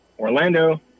Orlando